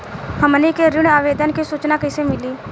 हमनी के ऋण आवेदन के सूचना कैसे मिली?